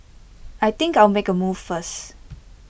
I think I'll make A move first